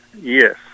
Yes